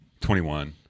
21